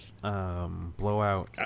Blowout